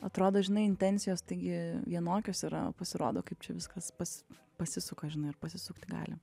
atrodo žinai intencijas taigi vienokios yra pasirodo kaip čia viskas pas pasisuka žinai ar pasisukti gali